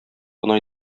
кына